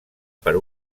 per